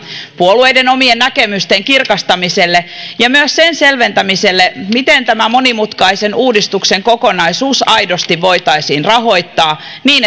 puolueiden omien näkemysten kirkastamiselle ja myös sen selventämiselle miten tämä monimutkaisen uudistuksen kokonaisuus aidosti voitaisiin rahoittaa niin